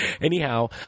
Anyhow